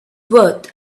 worth